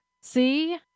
see